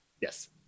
Yes